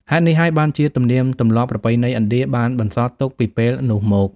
ហេតុនេះហើយបានជាទំនៀមទម្លាប់ប្រពៃណីឥណ្ឌាបានបន្សល់ទុកពីពេលនោះមក។